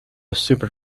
super